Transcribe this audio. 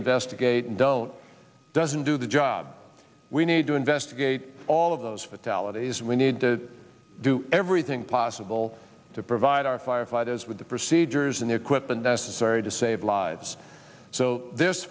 investigate and don't doesn't do the job we need to investigate all of those fatalities and we need to do everything possible to provide our firefighters with the procedures and equipment necessary to save lives so th